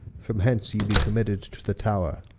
from hence you be committed to the tower,